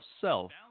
Self